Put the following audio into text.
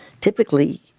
typically